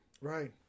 right